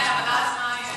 ואז מה יהיה?